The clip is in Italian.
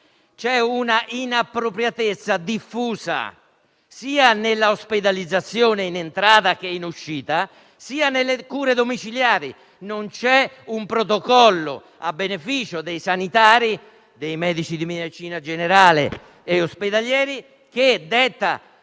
c'è un'inappropriatezza diffusa, sia nell'ospedalizzazione, in entrata e in uscita, sia nelle cure domiciliari. Non c'è un protocollo a beneficio dei sanitari, dei medici di medicina generale e degli ospedalieri, che detti